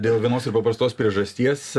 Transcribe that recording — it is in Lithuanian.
dėl vienos ar paprastos priežasties